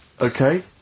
Okay